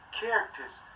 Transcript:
characters